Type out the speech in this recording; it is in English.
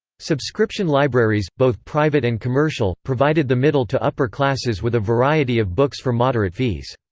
subscription libraries, both private and commercial, provided the middle to upper classes with a variety of books for moderate fees.